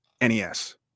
NES